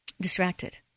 distracted